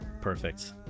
Perfect